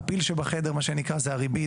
הפיל שבחדר זה הריבית.